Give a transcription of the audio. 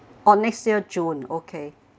oh next year june okay